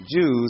Jews